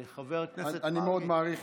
אני מאוד מעריך